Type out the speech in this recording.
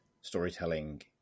storytelling